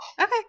Okay